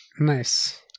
Nice